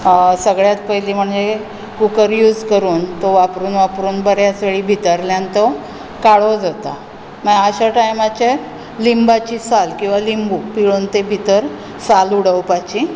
सगळ्यांत पयलीं म्हणजे कुकर यूज करून तो वापरून वापरून बऱ्याच वेळी भितरल्यान तो काळो जाता मागीर अश्या टायमाचेर लिंबाची साल किंवा लिंबू पिळून ते भितर ती साल उडोवपाची